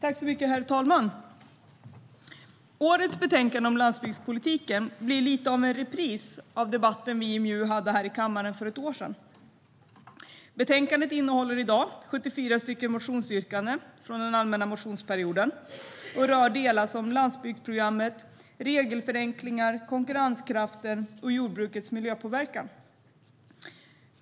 Herr talman! Årets betänkande om landsbygdspolitiken blir lite av en repris av debatten vi i MJU hade här i kammaren för ett år sedan. Betänkandet innehåller i dag 74 motionsyrkanden från den allmänna motionstiden och rör delar som landsbygdsprogrammet, regelförenklingar, konkurrenskraften och jordbrukets miljöpåverkan.